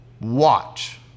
Watch